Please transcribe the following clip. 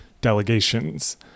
delegations